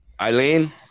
Eileen